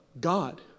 God